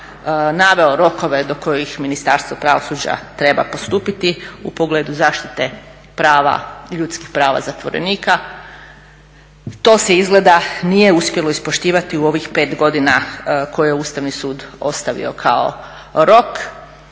naveo rokove do kojih Ministarstvo pravosuđa treba postupiti u pogledu zaštite ljudskih prava zatvorenika. To se izgleda nije uspjelo ispoštivati u ovih 5 godina koje je Ustavni sud ostavio kao rok.